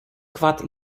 koart